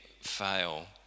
fail